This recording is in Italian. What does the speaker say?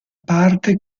parte